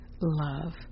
love